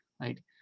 right